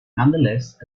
nonetheless